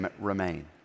remain